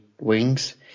Wings